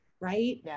right